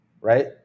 right